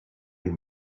you